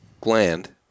gland